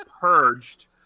Purged